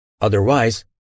Otherwise